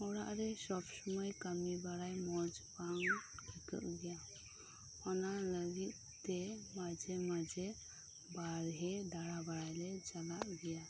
ᱚᱲᱟᱜ ᱨᱮ ᱥᱚᱵᱽ ᱥᱩᱢᱟᱹᱭ ᱠᱟᱹᱢᱤ ᱵᱟᱲᱟᱭ ᱢᱚᱸᱡᱽ ᱵᱟᱝ ᱵᱩᱡᱷᱟᱹᱜ ᱜᱮᱭᱟ ᱚᱱᱟ ᱞᱟᱹᱜᱤᱫ ᱛᱮ ᱢᱟᱡᱷᱮ ᱢᱟᱡᱷᱮ ᱵᱟᱨᱦᱮ ᱫᱟᱬᱟ ᱵᱟᱲᱟᱭ ᱞᱮ ᱪᱟᱞᱟᱜ ᱜᱮᱭᱟ